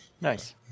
Nice